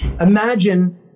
imagine